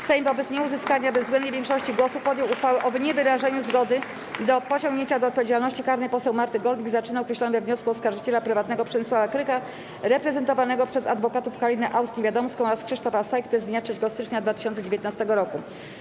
Sejm wobec nieuzyskania bezwzględnej większości głosów podjął uchwałę o niewyrażeniu zgody na pociągnięcie do odpowiedzialności karnej poseł Marty Golbik za czyny określone we wniosku oskarżyciela prywatnego Przemysława Krycha reprezentowanego przez adwokatów Karinę Aust-Niewiadomską oraz Krzysztofa Sajchtę z dnia 3 stycznia 2019 r.